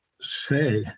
say